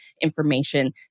information